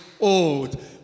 old